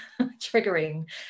triggering